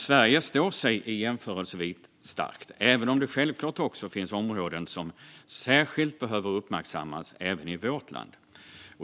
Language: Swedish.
Sverige står sig starkt i jämförelserna, även om det självklart också finns områden som särskilt behöver uppmärksammas också i vårt land.